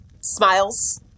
smiles